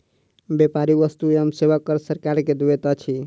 व्यापारी वस्तु एवं सेवा कर सरकार के दैत अछि